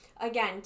again